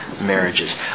marriages